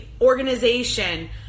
organization